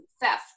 theft